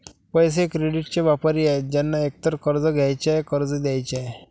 पैसे, क्रेडिटचे व्यापारी आहेत ज्यांना एकतर कर्ज घ्यायचे आहे, कर्ज द्यायचे आहे